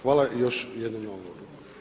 Hvala još jednom na odgovoru.